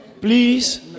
Please